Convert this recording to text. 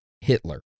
Hitler